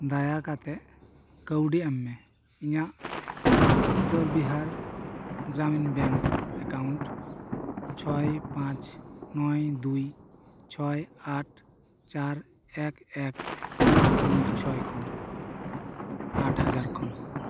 ᱫᱟᱭᱟ ᱠᱟᱛᱮᱜ ᱠᱟ ᱣᱰᱤ ᱮᱢ ᱢᱮ ᱤᱧᱟᱹᱜ ᱩᱛᱛᱚᱨ ᱵᱤᱦᱟᱨ ᱜᱨᱟᱢᱤᱱ ᱵᱮᱝᱠ ᱮᱠᱟᱣᱩᱱᱴ ᱪᱷᱚᱭ ᱯᱟᱸᱪ ᱱᱚᱭ ᱫᱩᱭ ᱪᱷᱚᱭ ᱟᱴ ᱪᱟᱨ ᱮᱠ ᱮᱠ ᱛᱤᱱ ᱫᱩᱭ ᱪᱷᱚᱭ ᱠᱷᱚᱱ ᱟᱴ ᱦᱟᱡᱟᱨ ᱠᱷᱚᱱ